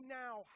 now